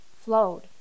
flowed